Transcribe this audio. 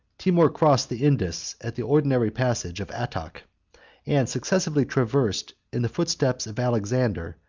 timour crossed the indus at the ordinary passage of attok and successively traversed, in the footsteps of alexander,